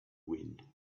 wind